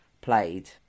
played